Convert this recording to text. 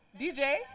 DJ